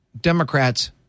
Democrats